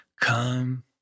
Come